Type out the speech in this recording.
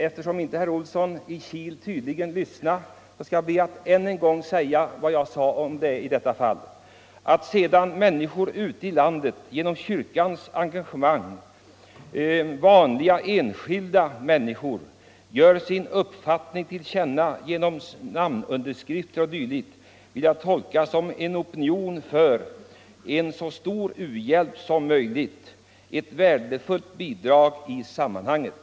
Eftersom herr Olsson i Kil tydligen inte lyssnade skall jag be att än en gång få säga vad jag tidigare anförde: Att människor ute i landet — vanliga enskilda människor — genom kyrkans engagemang gett sin uppfattning till känna genom namnunderskrifter och dylikt vill jag tolka som en opinion för en så stor u-hjälp som möjligt, ett värdefullt bidrag i sammanhanget.